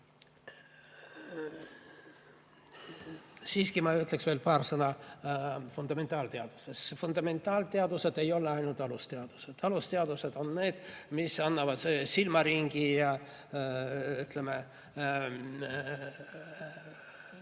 noortele. Ütleksin veel paar sõna fundamentaalteaduste kohta. Fundamentaalteadused ei ole ainult alusteadused. Alusteadused on need, mis annavad silmaringi. Baka